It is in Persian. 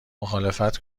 مخالفت